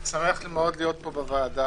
אני שמח מאוד להיות פה בוועדה.